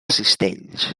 cistells